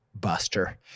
Buster